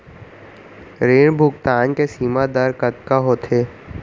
ऋण भुगतान के सीमा दर कतका होथे?